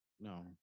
no